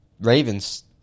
Ravens